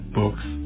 books